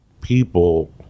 people